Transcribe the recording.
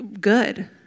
good